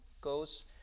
goes